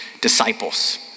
disciples